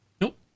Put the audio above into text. Nope